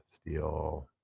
Steel